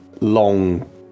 long